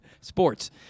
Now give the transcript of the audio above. Sports